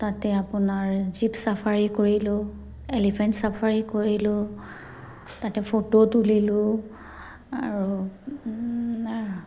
তাতে আপোনাৰ jeep safari কৰিলোঁ এলিফেণ্ট চাফাৰী কৰিলোঁ তাতে ফটো তুলিলোঁ আৰু